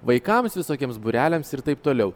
vaikams visokiems būreliams ir taip toliau